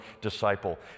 disciple